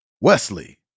Wesley